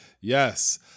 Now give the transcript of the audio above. Yes